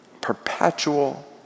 perpetual